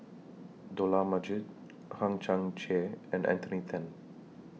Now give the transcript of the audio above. Dollah Majid Hang Chang Chieh and Anthony Then